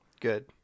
Good